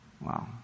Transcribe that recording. Wow